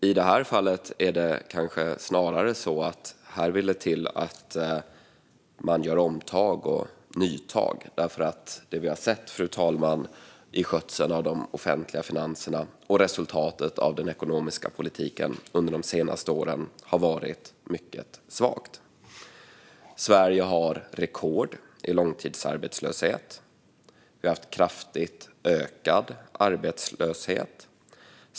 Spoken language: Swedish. I det här fallet är det kanske snarare så att det vill till att Damberg gör omtag och tar nya tag, för det vi har sett i form av skötsel av de offentliga finanserna och resultat av den ekonomiska politiken under senaste åren har varit mycket svagt, fru talman. Sverige slår rekord i långtidsarbetslöshet. Vi har haft en kraftigt ökad arbetslöshet.